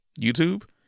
YouTube